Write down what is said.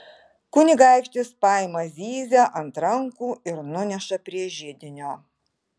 kunigaikštis paima zyzią ant rankų ir nuneša prie židinio